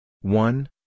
one